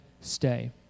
stay